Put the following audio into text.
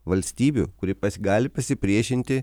valstybių kuri pas gali pasipriešinti